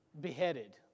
beheaded